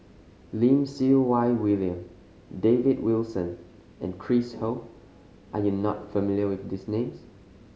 Lim Siew Wai William David Wilson and Chris Ho are you not familiar with these names